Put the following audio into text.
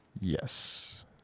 Yes